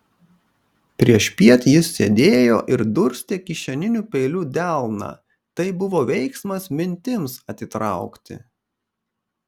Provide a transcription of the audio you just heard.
priešpiet jis sėdėjo ir durstė kišeniniu peiliu delną tai buvo veiksmas mintims atitraukti